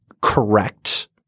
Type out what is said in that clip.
correct